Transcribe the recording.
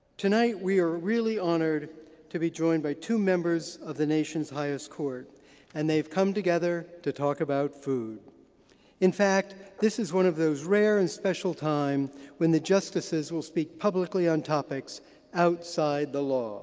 tonight we are really honoured to be joined by two members of the nation's highest court and they've come together to talk about food in fact this is one of those rare and special times when the justices will speak publicly on topics outside the